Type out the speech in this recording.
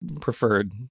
preferred